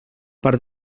part